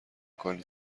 کنی